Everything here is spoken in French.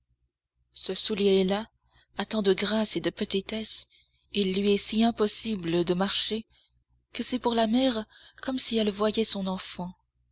ce soulier là a tant de grâce et de petitesse il lui est si impossible de marcher que c'est pour la mère comme si elle voyait son enfant